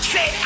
Say